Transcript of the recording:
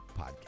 podcast